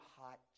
hot